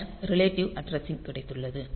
பின்னர் relative addressing கிடைத்துள்ளது